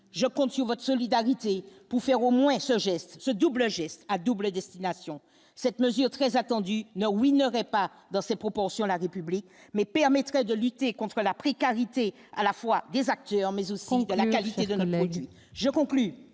je compte sur votre solidarité pour faire au moins ce geste ce double geste a doublé, destination cette mesure très attendue Winner pas dans ces propos sur la République, mais permettrait de lutter contre la précarité, à la fois des acteurs mais aussi de la qualité de l'Amérique du jeu, conclut